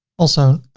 also,